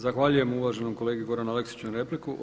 Zahvaljujem uvaženom kolegi Goranu Aleksiću na replici.